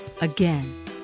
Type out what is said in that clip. again